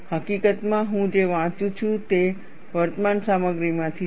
હકીકતમાં હું જે વાંચું છું તે વર્તમાન સામગ્રીમાંથી છે